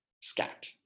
SCAT